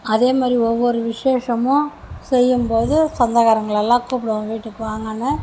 அதேமாதிரி ஒவ்வொரு விஷேசமும் செய்யும்போது சொந்தக்காரங்களை எல்லாம் கூப்பிடுவோம் வீட்டுக்கு வாங்கன்னு